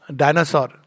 dinosaur